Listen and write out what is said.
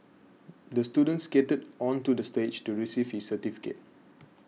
the student skated onto the stage to receive his certificate